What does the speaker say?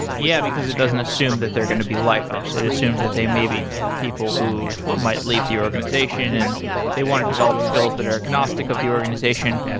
yeah because it doesn't assume that they're going to be lifers. it assumes that they may be people who might leave the organization and they want to develop skills that are agnostic of the organization.